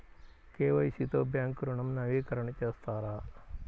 KYC తో bank ఋణం నవీకరణ చేస్తారా?